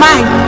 Mind